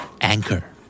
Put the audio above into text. anchor